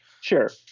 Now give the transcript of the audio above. Sure